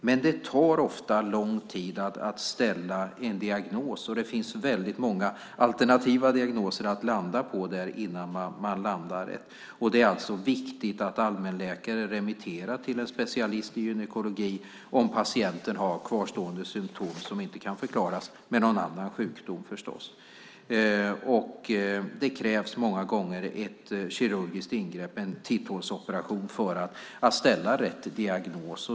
Men det tar ofta lång tid att ställa en diagnos. Det finns väldigt många alternativa diagnoser att landa på innan man landar rätt. Det är viktigt att allmänläkare remitterar till en specialist i gynekologi om patienten har kvarstående symtom som inte kan förklaras med någon annan sjukdom. Det krävs många gånger ett kirurgiskt ingrepp, en titthålsoperation, för att ställa rätt diagnos.